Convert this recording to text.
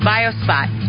BioSpot